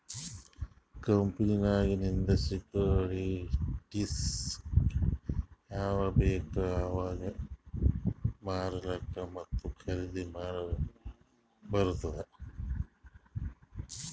ಕಂಪನಿನಾಗಿಂದ್ ಸೆಕ್ಯೂರಿಟಿಸ್ಗ ಯಾವಾಗ್ ಬೇಕ್ ಅವಾಗ್ ಮಾರ್ಲಾಕ ಮತ್ತ ಖರ್ದಿ ಮಾಡ್ಲಕ್ ಬಾರ್ತುದ್